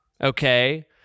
okay